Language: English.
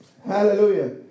Hallelujah